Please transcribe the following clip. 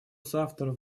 соавторов